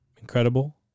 incredible